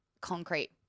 concrete